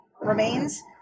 remains